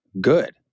good